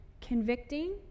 convicting